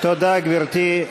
תודה, גברתי.